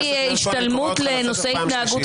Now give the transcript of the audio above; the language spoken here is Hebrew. לא, אפשר כבר להתחיל את הרשימה.